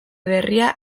berria